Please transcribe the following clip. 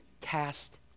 cast